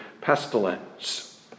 pestilence